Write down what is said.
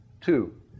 Two